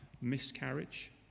miscarriage